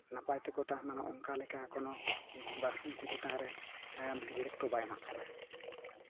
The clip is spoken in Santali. ᱱᱟᱯᱟᱭ ᱛᱮᱠᱚ ᱛᱟᱦᱮᱱ ᱢᱟ ᱚᱱᱠᱟ ᱞᱮᱠᱟ ᱮᱠᱷᱚᱱ ᱦᱚᱸ ᱵᱟ ᱩᱱᱠᱩ ᱪᱮᱛᱟᱱ ᱨᱮ ᱮᱸ ᱜᱩᱨᱩᱛᱛᱚ ᱵᱟᱭ ᱮᱢᱟᱜ ᱠᱟᱱᱟ